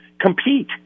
compete